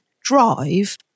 drive